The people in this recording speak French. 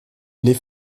les